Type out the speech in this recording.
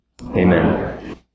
Amen